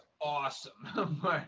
awesome